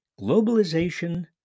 globalization